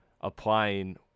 applying